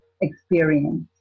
experience